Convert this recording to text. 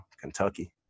Kentucky